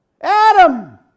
Adam